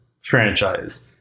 franchise